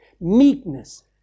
meekness